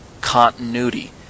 continuity